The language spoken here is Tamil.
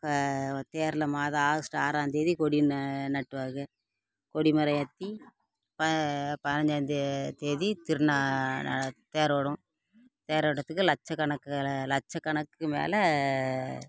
தேரில் மாதம் ஆகஸ்ட் ஆறாம்தேதி கொடி நட்டுவாக கொடி மரம் ஏற்றிப பதினஞ்சாம் தேதி திருநாள் தேர் ஓடும் தேரோட்டத்துக்கு லட்சக்கணக்கான லட்சக்கணக்குக்கு மேலே